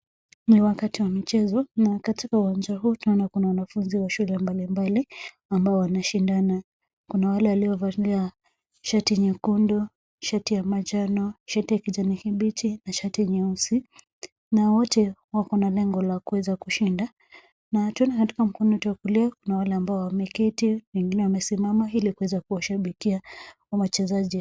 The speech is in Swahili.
Ni wakati wa michezo na katika uwanja huu tunaona kuna wanafunzi wa shule mbalimbali ambao wanashindana. Kuna wale waliovalia shati nyekundu, shati ya manjano, shati ya kijani kibichi na shati nyeusi na wote wako na lengo la kuweza kushinda na tunaona katika mkono wetu wa kulia, kuna wale ambao wameketi, wengine wamesimama ili kuweza kuwashabikia wachezaji.